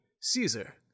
Caesar